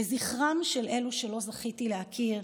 לזכרם של אלו שלא זכיתי להכיר,